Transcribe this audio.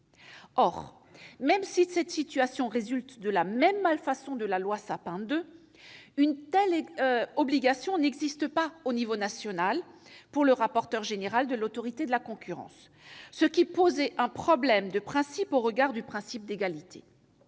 Or, même si cette situation résulte de la même malfaçon de la loi Sapin 2, une telle obligation n'existe pas au niveau national pour le rapporteur général de l'Autorité de la concurrence, ce qui pose un problème au regard du principe d'égalité.